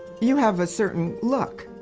you have a certain look.